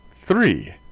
three